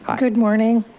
good morning,